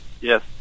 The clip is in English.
Yes